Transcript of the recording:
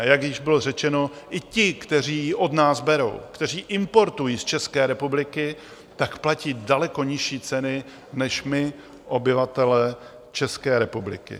A jak již bylo řečeno, i ti, kteří ji od nás berou, kteří importují z České republiky, tak platí daleko nižší ceny než my obyvatelé České republiky.